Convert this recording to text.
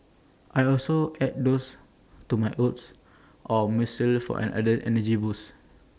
I also add those to my oats or muesli for an added energy boost